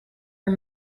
are